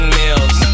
meals